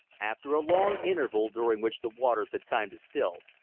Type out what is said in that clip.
after a long interval, during which the waters had time to still,